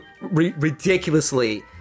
ridiculously